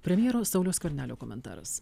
premjero sauliaus skvernelio komentaras